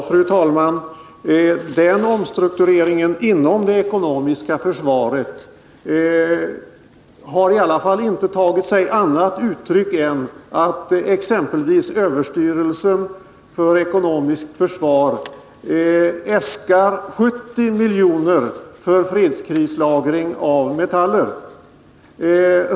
Fru talman! Den omstruktureringen inom det ekonomiska försvaret har i alla fall inte tagit sig annat uttryck än att exempelvis överstyrelen för ekonomiskt försvar äskar 70 milj.kr. för fredskrislagring av metaller.